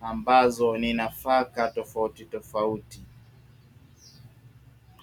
ambazo ni nafaka tofautitofauti.